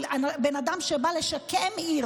של בן אדם שבא לשקם עיר,